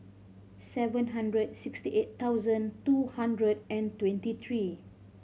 seven hundred sixty eight thousand two hundred and twenty three